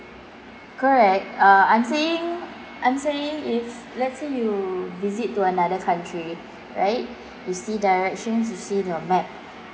correct uh I'm saying I'm saying it's let's say you visit to another country right you see directions using your map